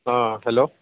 ହଁ ହ୍ୟାଲୋ